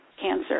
cancer